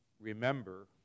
Remember